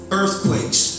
earthquakes